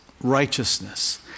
righteousness